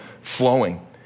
flowing